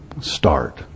start